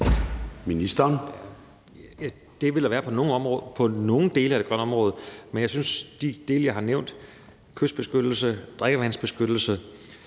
Det ville der være på nogle dele af det grønne område. Men jeg synes, at i forhold til de dele, jeg har nævnt, nemlig kystbeskyttelse, drikkevandsbeskyttelse